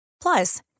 Plus